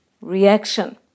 reaction